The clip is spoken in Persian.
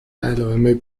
علایم